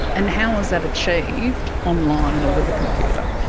and how is that achieved online or with a computer?